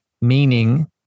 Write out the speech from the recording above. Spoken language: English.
meaning